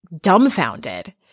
dumbfounded